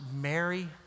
Mary